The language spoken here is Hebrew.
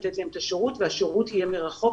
השירות יהיה מרחוק,